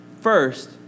first